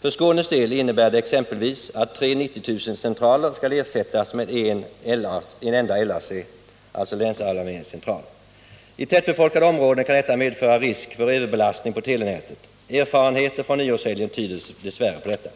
För Skånes del innebär det exempelvis att tre 90 000-centraler skall ersättas med en enda LAC, dvs. länsalarmeringscentral. I tättbefolkade områden kan detta medföra risk för överbelastning av telenätet. Erfarenheter från nyårshelgen tyder dess värre på detta.